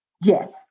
Yes